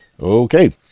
Okay